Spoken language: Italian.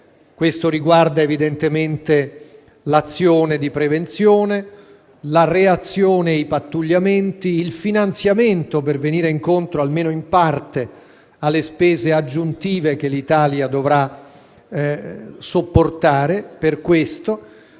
documento riguarda l'azione di prevenzione, la reazione e i pattugliamenti, il finanziamento per venire incontro, almeno in parte, alle spese aggiuntive che l'Italia dovrà sopportare per questo.